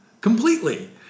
completely